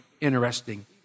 interesting